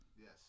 Yes